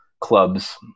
clubs